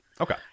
Okay